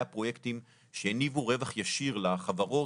פרויקטים שהניבו רווח ישיר לחברות,